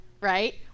right